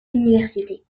universités